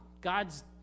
god's